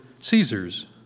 Caesar's